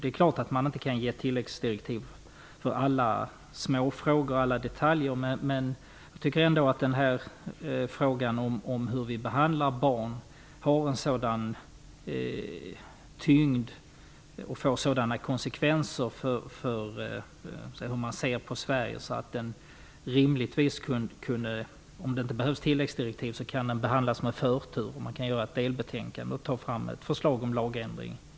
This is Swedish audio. Självfallet kan man inte ge tilläggsdirektiv för alla detaljer, men frågan om hur vi behandlar barn har en sådan tyngd och får sådana konsekvenser för hur omvärlden ser på Sverige att den bör behandlas med förtur och snabbt föranleda ett delbetänkande med förslag om lagändring.